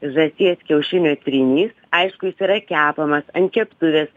žąsies kiaušinio trynys aišku jis yra kepamas ant keptuvės